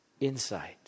insight